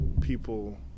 people